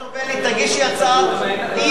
חברת הכנסת חוטובלי, תגישי הצעת אי-אמון בממשלה.